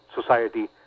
society